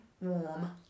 warm